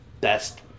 best